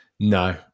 No